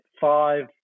five